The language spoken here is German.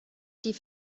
die